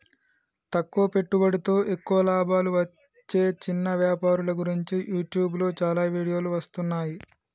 తక్కువ పెట్టుబడితో ఎక్కువ లాభాలు వచ్చే చిన్న వ్యాపారుల గురించి యూట్యూబ్లో చాలా వీడియోలు వస్తున్నాయి